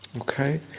Okay